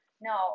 no